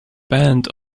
band